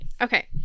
Okay